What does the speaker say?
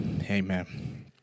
Amen